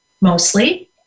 mostly